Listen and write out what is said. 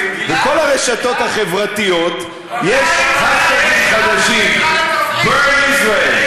בכל הרשתות החברתיות יש האשטאגים חדשים: burn Israel,